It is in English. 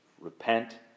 repent